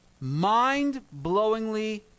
mind-blowingly